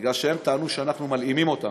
בגלל שהם טענו שאנחנו מלאימים אותם,